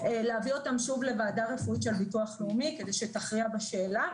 להביא אותם שוב לוועדה רפואית של הביטוח הלאומי כדי שתכריע בשאלה.